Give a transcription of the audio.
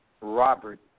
Robert